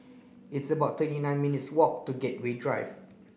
it's about twenty nine minutes walk to Gateway Drive